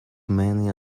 many